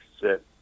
sit